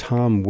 Tom